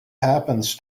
happens